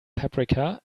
paprika